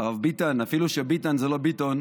הרב ביטן, אפילו שביטן זה לא ביטון,